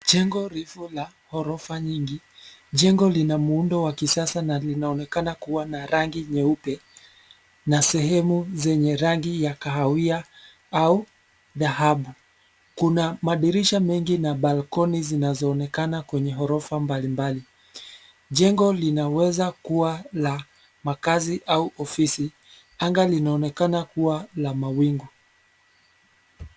Jengo refu la ghorofa nyingi, jengo lina muundo wa kisasa na linaonekana kuwa na rangi nyeupe, na sehemu zenye rangi ya kahawia au dhahabu. Kuna madirisha mengi na balkoni zinazoonekana kwenye ghorofa mbalimbali. Jengo linaweza kuwa la makaazi au ofisi. Anga linaonekana kuwa la mawingu.